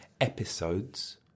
episodes